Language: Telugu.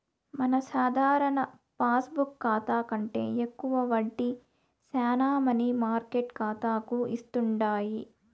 మన సాధారణ పాస్బుక్ కాతా కంటే ఎక్కువ వడ్డీ శానా మనీ మార్కెట్ కాతాలు ఇస్తుండాయి